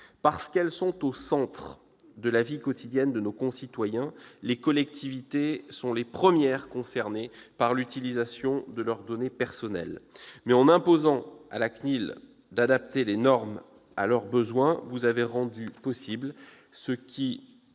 Parce qu'elles sont au centre de la vie quotidienne de nos concitoyens, les collectivités sont les premières concernées par l'utilisation de leurs données personnelles. Mais en imposant à la CNIL d'adapter les normes à leurs besoins, vous avez rendu possible ce qui,